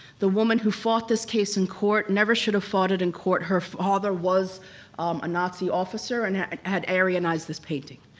the woman who fought this case in court never should've fought it in court, her father was a nazi officer and had aryanized this painting.